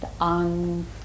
on